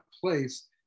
place